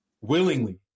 willingly